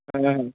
ಹಾಂ